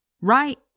Right